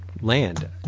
land